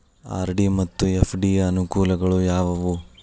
RD ಮತ್ತು FD ಯ ಅನುಕೂಲಗಳು ಯಾವವು?